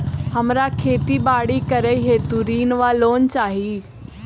हमरा खेती बाड़ी करै हेतु ऋण वा लोन चाहि?